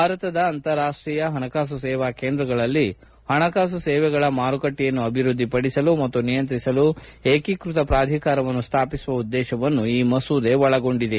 ಭಾರತದ ಅಂತಾರಾಷ್ಷೀಯ ಹಣಕಾಸು ಸೇವಾ ಕೇಂದ್ರಗಳಲ್ಲಿ ಹಣಕಾಸು ಸೇವೆಗಳ ಮಾರುಕಟ್ಲೆಯನ್ನು ಅಭಿವೃದ್ವಿಪಡಿಸಲು ಮತ್ತು ನಿಯಂತ್ರಿಸಲು ಏಕೀಕೃತ ಪ್ರಧಿಕಾರವನ್ನು ಸ್ಥಾಪಿಸುವ ಉದ್ದೇಶವನ್ನು ಈ ಮಸೂದೆ ಒಳಗೊಂಡಿದೆ